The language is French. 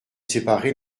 séparés